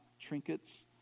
trinkets